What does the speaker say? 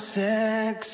sex